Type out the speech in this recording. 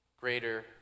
greater